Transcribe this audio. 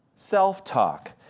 Self-talk